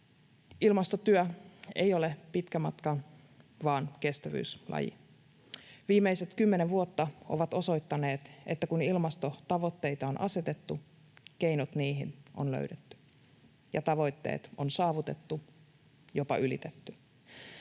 Ilmastotyö ei ole pikamatka vaan kestävyyslaji. Viimeiset kymmenen vuotta ovat osoittaneet, että kun ilmastotavoitteita on asetettu, keinot niihin on löydetty ja tavoitteet on saavutettu, jopa ylitetty.